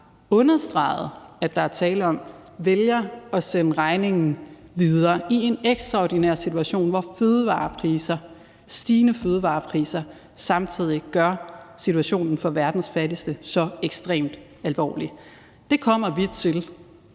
understreget at der er tale om, vælger at sende regningen videre – i en ekstraordinær situation, hvor stigende fødevarepriser samtidig gør situationen for verdens fattigste så ekstremt alvorlig. Det kommer vi i